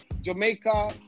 Jamaica